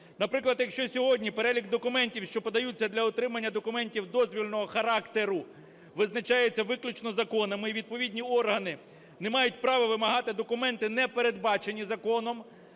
Наприклад, якщо сьогодні перелік документів, що подаються для отримання документів дозвільного характеру, визначаються виключно законами і відповідні органи не мають права вимагати документи, не передбачені законом,